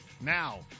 Now